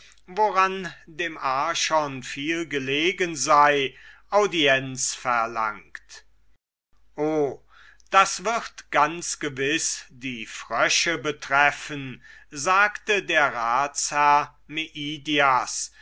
woran dem archon viel gelegen sei audienz verlangt o das wird ganz gewiß die frösche betreffen sagte der ratsherr